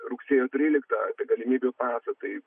rugsėjo tryliktą galimybių pasą tai